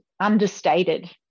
understated